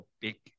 big